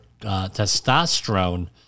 testosterone